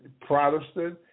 Protestant